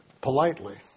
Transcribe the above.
politely